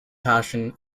passion